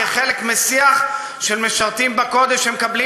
כחלק משיח של משרתים בקודש שמקבלים